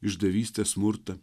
išdavystę smurtą